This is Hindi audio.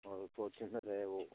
और फोर्च्यूनर है वो